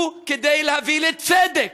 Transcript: הוא כדי להביא לצדק.